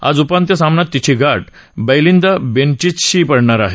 आज उपांत्य सामन्यात तिची गाठ बैलिंदा बेनचिचशी पडणार आहे